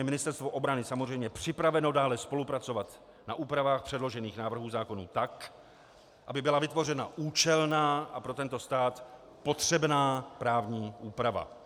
Ministerstvo obrany samozřejmě připraveno dále spolupracovat na úpravách předložených návrhů zákona tak, aby byla vytvořena účelná a pro tento stát potřebná právní úprava.